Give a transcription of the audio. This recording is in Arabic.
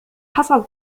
حصل